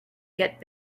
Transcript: get